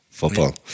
Football